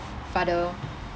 father